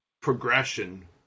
progression